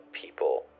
people